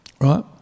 right